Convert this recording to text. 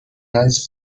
ice